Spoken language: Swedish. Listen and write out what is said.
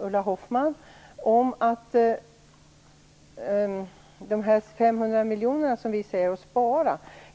Ulla Hoffmann om de 500 miljoner som vi säger att vi sparar.